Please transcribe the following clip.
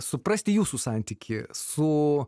suprasti jūsų santykį su